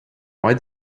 why